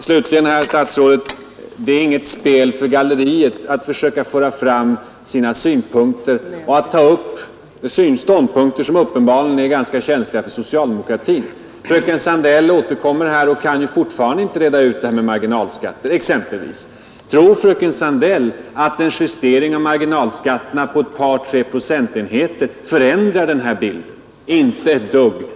Slutligen, herr statsrådet: det är inget spel för galleriet att försöka föra fram sina synpunkter och att diskutera frågor som uppenbarligen är ganska känsliga för socialdemokratin! Fröken Sandell återkommer här, men hon kan fortfarande inte reda ut exempelvis det här problemet med marginalskatter. Tror fröken Sandell att en justering av marginalskatterna på ett par, tre procentenheter förändrar helhetsbilden? Inte ett dugg!